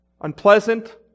Unpleasant